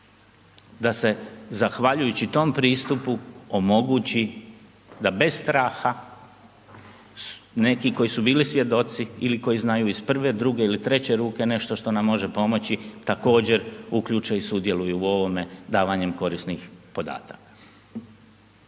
da se zahvaljujući tom pristupu omogući da bez straha neki koji su bili svjedoci ili koji znaju iz prve, druge ili treće ruke nešto što nam može pomoći također uključe i sudjeluju u ovome davanjem korisnih podataka.